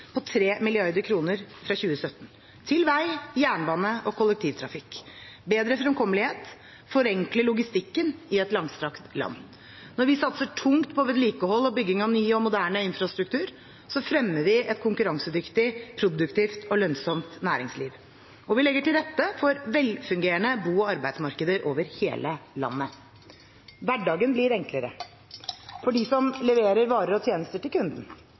på 3 mrd. kr fra 2017 til vei, jernbane og kollektivtrafikk. Bedre fremkommelighet forenkler logistikken i et langstrakt land. Når vi satser tungt på vedlikehold og bygging av ny og moderne infrastruktur, fremmer vi et konkurransedyktig, produktivt og lønnsomt næringsliv. Og vi legger til rette for velfungerende bo- og arbeidsmarkeder over hele landet. Hverdagen blir enklere – for dem som leverer varer og tjenester til kunden,